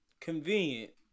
convenient